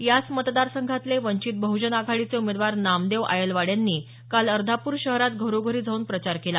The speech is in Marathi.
याच मतदार संघातले वंचित बह्जन आघाडीचे उमेदवार नामदेव आयलवाड यांनी काल अर्धापूर शहरात घरोघरी जाऊन प्रचार केला